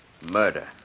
Murder